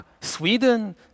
Sweden